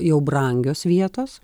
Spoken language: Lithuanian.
jau brangios vietos